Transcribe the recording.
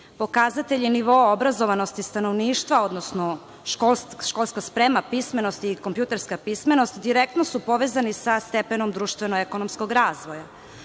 Pokazatelji nivoa obrazovanosti stanovništva, odnosno školska sprema, pismenosti i kompjuterska pismenost, direktno su povezani sa stepenom društveno ekonomskog razvoja.